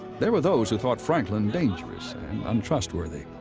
there were those who thought franklin dangerous and untrustworthy,